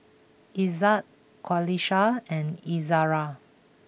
Izzat Qalisha and Izara